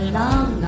long